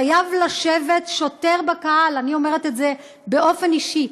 חייב לשבת שוטר בקהל, אני אומרת את זה באופן אישי.